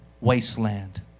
wasteland